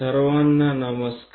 सर्वांना नमस्कार